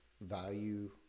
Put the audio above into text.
value